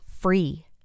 free